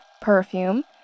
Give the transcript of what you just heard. perfume